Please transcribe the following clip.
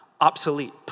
obsolete